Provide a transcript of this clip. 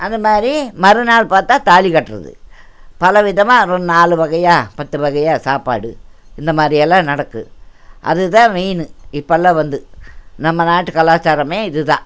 அந்த மாதிரி மறுநாள் பார்த்தா தாலி கட்டுறது பலவிதமாக நாலு வகையாக பத்து வகையாக சாப்பாடு இந்த மாதிரியெல்லாம் நடக்கும் அதுதான் மெயினு இப்போல்லாம் வந்து நம்ம நாட்டு கலாச்சாரமே இதுதான்